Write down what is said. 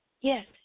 Yes